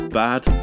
bad